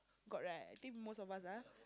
got right think most of us ah